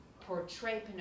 portray